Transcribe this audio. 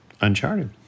Uncharted